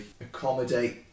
accommodate